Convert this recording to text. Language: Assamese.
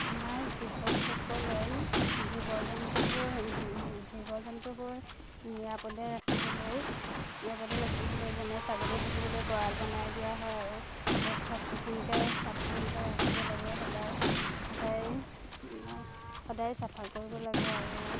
আমাৰ কৃষকসকলে জীৱ জন্তুবোৰ জীৱ জন্তুবোৰ নিৰাপদে ৰাখিবলৈ নিৰাপদে ৰাখিবলৈ যেনে ছাগলী পুহিবলৈ গঁৰাল বনাই দিয়া হয় আৰু তাত চাফ চিকুণকৈ চাফ চিকুণকৈ ৰাখিব লাগে সদায় সদায় সদায় চাফা কৰিব লাগে আৰু